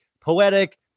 poetic